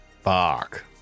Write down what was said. Fuck